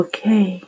Okay